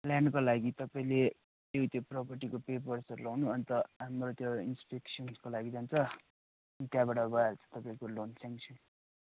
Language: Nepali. ल्यान्डको लागि तपाईँले त्यो प्रोपटीको पेपर्सहरू ल्याउनु अन्त हाम्रो त्यो इन्सपेक्सनको लागि जान्छ त्यहाँबाट भइहाल्छ तपाईँको लोन सेङ्सन